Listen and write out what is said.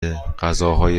غذاهای